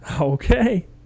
Okay